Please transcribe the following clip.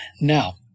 Now